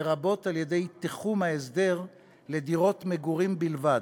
לרבות על-ידי תיחום ההסדר לדירות מגורים בלבד.